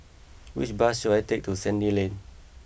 which bus should I take to Sandy Lane